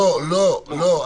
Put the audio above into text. לא, לא.